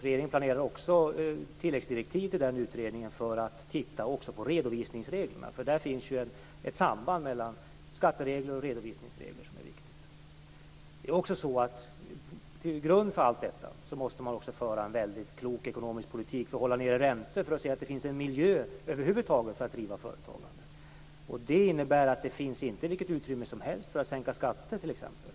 Regeringen planerar också tilläggsdirektiv till den utredningen för att man skall kunna titta närmare också på redovisningsreglerna. Det finns ju ett viktigt samband mellan skatteregler och redovisningsregler. Till grund för allt detta måste man också föra en klok ekonomisk politisk för att hålla nere räntorna och se till att det över huvud taget finns en miljö för att driva företagande. Det innebär att det inte finns vilket utrymme som helst för att sänka skatter, t.ex.